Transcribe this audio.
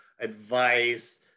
advice